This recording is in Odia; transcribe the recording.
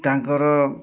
ତାଙ୍କର